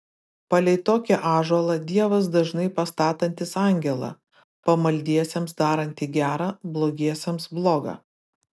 palei tokį ąžuolą dievas dažnai pastatantis angelą pamaldiesiems darantį gera blogiesiems bloga